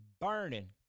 burning